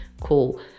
cool